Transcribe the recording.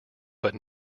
but